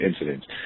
incidents